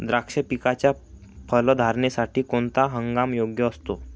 द्राक्ष पिकाच्या फलधारणेसाठी कोणता हंगाम योग्य असतो?